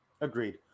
Agreed